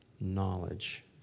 knowledge